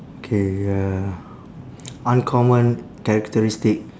okay uh uncommon characteristic